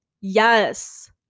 yes